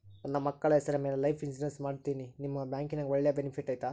ನನ್ನ ಮಕ್ಕಳ ಹೆಸರ ಮ್ಯಾಲೆ ಲೈಫ್ ಇನ್ಸೂರೆನ್ಸ್ ಮಾಡತೇನಿ ನಿಮ್ಮ ಬ್ಯಾಂಕಿನ್ಯಾಗ ಒಳ್ಳೆ ಬೆನಿಫಿಟ್ ಐತಾ?